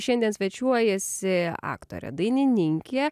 šiandien svečiuojasi aktorė dainininkė